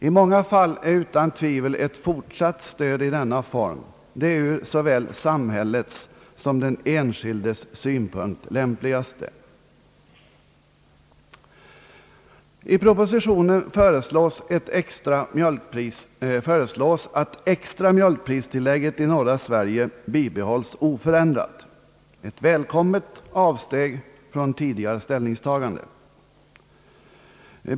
I många fall är utan tvivel ett fortsatt stöd i denna form det ur såväl samhällets som den enskildes synpunkt lämpligaste. I propositionen föreslås att det extra mjölkpristillägget i norra Sverige bibehålles oförändrat, ett välkommet avsteg från tidigare ställningstagande.